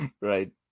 Right